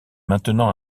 maintenant